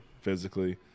physically